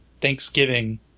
thanksgiving